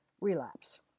relapse